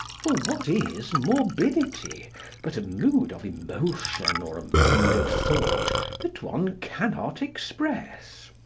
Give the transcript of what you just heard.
for what is morbidity but a mood of emotion or a mode of thought that one cannot express?